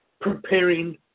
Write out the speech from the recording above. preparing